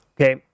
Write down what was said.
Okay